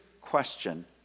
question